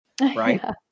right